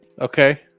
okay